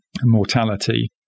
mortality